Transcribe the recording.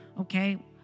Okay